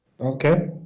okay